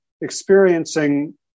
experiencing